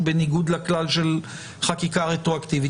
בניגוד לכלל של חקיקה רטרואקטיבית.